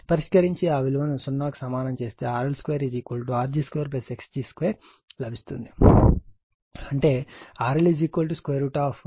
పరిష్కరించి ఆ విలువను 0 చేస్తే RL2 Rg2 xg2 లభిస్తుంది అంటే RLRg2xg2 Zg